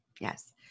Yes